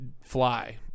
fly